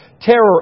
Terror